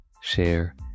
share